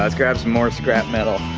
ah grab some more scrap metal.